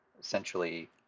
essentially